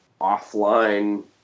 offline